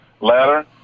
ladder